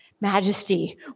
majesty